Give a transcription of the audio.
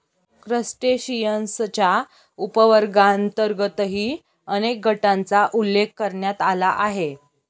क्रस्टेशियन्सच्या उपवर्गांतर्गतही अनेक गटांचा उल्लेख करण्यात आला आहे